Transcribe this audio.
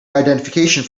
identification